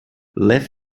left